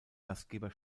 gastgeber